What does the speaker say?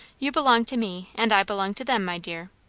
you belong to me and i belong to them, my dear.